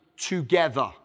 together